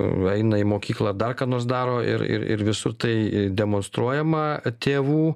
eina į mokyklą dar ką nors daro ir ir ir visur tai demonstruojama tėvų